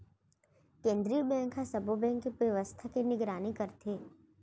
केंद्रीय बेंक ह सब्बो बेंक के बेवस्था के निगरानी करथे